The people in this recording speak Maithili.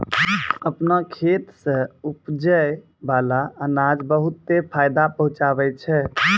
आपनो खेत सें उपजै बाला अनाज बहुते फायदा पहुँचावै छै